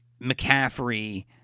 McCaffrey